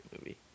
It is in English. movie